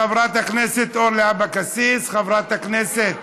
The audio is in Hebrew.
חברת הכנסת אורלי אבקסיס, חברת הכנסת,